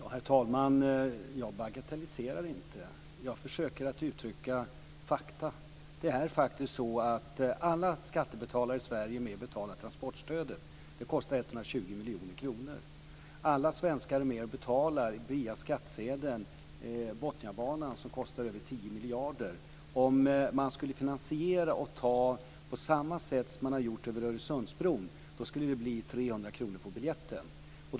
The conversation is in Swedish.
Herr talman! Jag bagatelliserar inte, jag försöker att uttrycka fakta. Det är faktiskt så att alla skattebetalare i Sverige är med och betalar transportstödet. Det kostar 120 miljoner kronor. Alla svenskar är med och betalar, via skattsedeln, Botniabanan som kostar över 10 miljarder. Om man skulle finansiera och ta på samma sätt som man har gjort när det gäller Öresundsbron skulle det bli 300 kr på biljetten.